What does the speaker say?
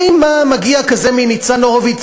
ואם מגיע כזה מין ניצן הורוביץ,